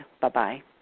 Bye-bye